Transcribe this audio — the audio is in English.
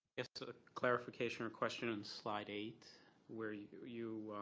just a clarification or question in slide eight where you you